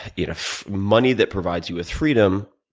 you know, money that provides you with freedom